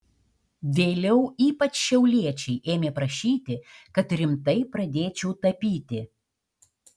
vėliau ypač šiauliečiai ėmė prašyti kad rimtai pradėčiau tapyti